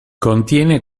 contiene